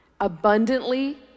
abundantly